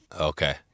Okay